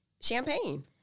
champagne